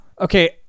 Okay